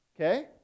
Okay